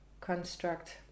construct